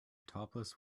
topless